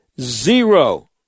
zero